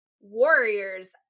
warriors